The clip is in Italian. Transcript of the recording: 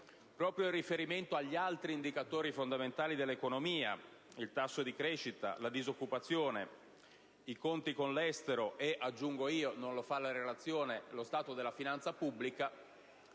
proprio in riferimento agli altri indicatori fondamentali dell'economia - il tasso di crescita, la disoccupazione, i conti con l'estero e (aggiungo io, perché la relazione non lo fa) lo stato della finanza pubblica